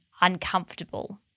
uncomfortable